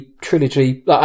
trilogy